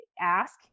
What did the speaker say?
ask